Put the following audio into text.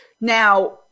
Now